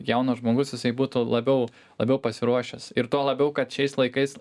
jaunas žmogus jisai būtų labiau labiau pasiruošęs ir tuo labiau kad šiais laikais